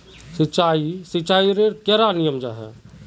सिंचाई सिंचाईर कैडा नियम जाहा?